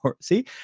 See